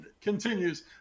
Continues